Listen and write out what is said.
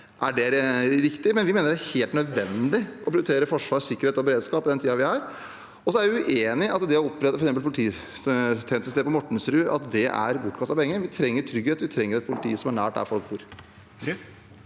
om det er riktig, men vi mener det er helt nødvendig å prioritere forsvar, sikkerhet og beredskap i den tiden vi har nå. Jeg er uenig i at det å opprette f.eks. polititjenestestedet på Mortensrud er bortkastede penger. Vi trenger trygghet. Vi trenger et politi som er nært der folk bor.